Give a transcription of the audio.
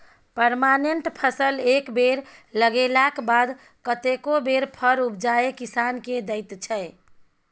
permanent फसल एक बेर लगेलाक बाद कतेको बेर फर उपजाए किसान केँ दैत छै